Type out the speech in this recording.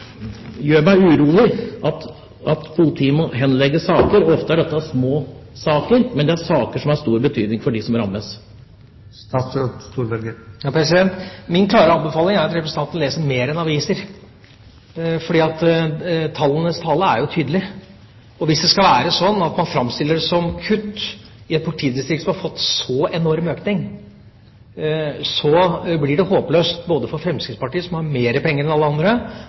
gjør meg urolig, er at politiet må henlegge saker. Ofte er dette små saker, men det er saker som har stor betydning for dem som rammes. Min klare anbefaling er at representanten leser mer enn aviser, for tallenes tale er jo tydelig. Hvis det skal være sånn at man framstiller det som kutt i et politidistrikt som har fått så enorm økning, blir det håpløst både for Fremskrittspartiet, som har mer penger enn alle andre,